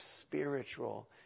spiritual